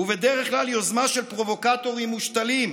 ובדרך כלל יוזמה של פרובוקטורים מושתלים.